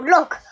Look